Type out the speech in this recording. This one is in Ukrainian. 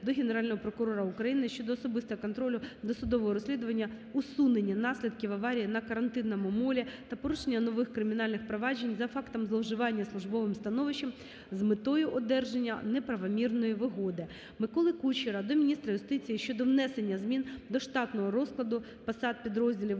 до Генерального прокурора України щодо особистого контролю досудового розслідування усунення наслідків аварії на Карантинному молі та порушення нових кримінальних проваджень по фактам зловживання службовим становищем з метою одержання неправомірної вигоди. Миколи Кучера до міністра юстиції України щодо внесення змін до штатного розкладу посад підрозділів